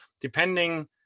depending